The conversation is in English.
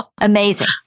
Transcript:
Amazing